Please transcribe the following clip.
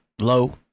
low